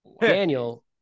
Daniel